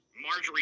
marjorie